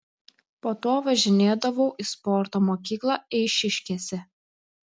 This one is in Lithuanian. po to važinėdavau į sporto mokyklą eišiškėse